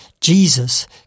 Jesus